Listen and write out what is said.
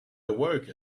awoke